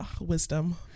wisdom